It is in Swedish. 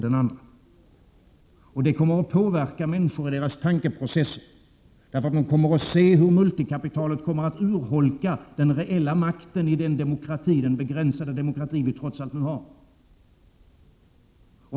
Detta kommer att påverka människorna i deras tankeprocesser, därför att de kommer att se hur multikapitalet urholkar den reella makten hos den begränsade demokrati som vi trots allt nu har.